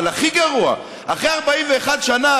אבל הכי גרוע: אחרי 41 שנה,